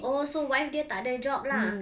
oh so wife dia tak ada job lah